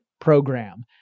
program